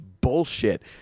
bullshit